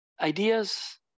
ideas